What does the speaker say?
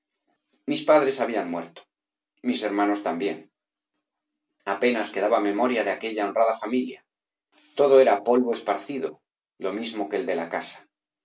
mis padres habían muerto mis hermanos también apenas quedaba memoria de aquella honrada familia todo era polvo esparcido lo mismo que el de la casa